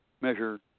measure